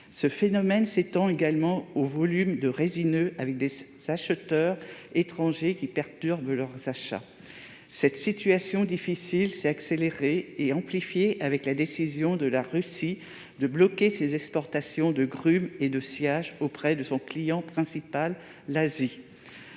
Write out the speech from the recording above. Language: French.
Ce phénomène s'étend également au volume de résineux avec des acheteurs étrangers qui perturbent leurs achats. Cette situation difficile s'est accélérée et amplifiée avec la décision de la Russie de bloquer ses exportations de grumes et de sciage auprès de son client principal, l'Asie.